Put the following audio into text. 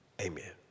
Amen